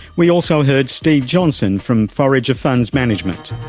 we also heard steve johnson from forager funds management,